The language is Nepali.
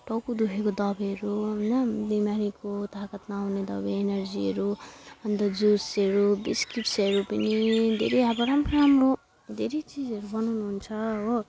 टाउको दुखेको दबाईहरू होइन बिमारीको ताकत नहुने दबाई एनर्जीहरू अन्त जुसहरू बिस्किट्सहरू पनि धेरै अब राम्रो राम्रो धेरै चिजहरू बनाउनुहुन्छ हो